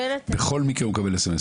בכל מקרה הוא מקבל סמס,